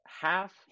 half